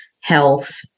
health